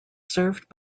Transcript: served